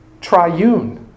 triune